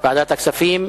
ועדת הכספים.